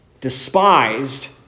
despised